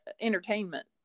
Entertainment